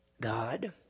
God